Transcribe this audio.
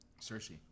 Cersei